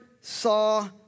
saw